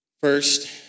First